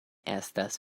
estas